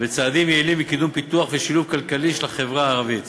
וצעדים יעילים לקידום פיתוח ושילוב כלכלי של החברה הערבית.